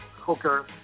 Hooker